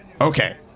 Okay